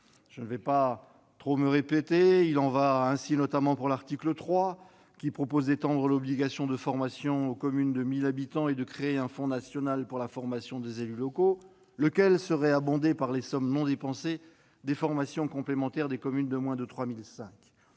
Je ne vais pas trop me répéter : il en va ainsi de l'article 3, qui propose d'étendre l'obligation de formation aux communes de 1 000 habitants et de créer un fonds national pour la formation des élus locaux, lequel serait abondé par les sommes non dépensées des formations complémentaires des communes de moins de 3 500